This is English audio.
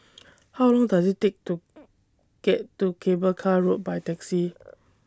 How Long Does IT Take to get to Cable Car Road By Taxi